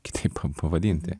kitaip pa pavadinti